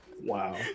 Wow